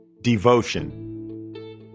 Devotion